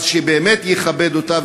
אז שבאמת יכבד אותה,